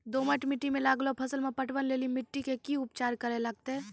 दोमट मिट्टी मे लागलो फसल मे पटवन लेली मिट्टी के की उपचार करे लगते?